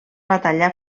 batalla